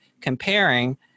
comparing